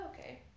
Okay